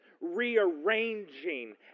rearranging